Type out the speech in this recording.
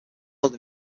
world